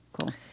Cool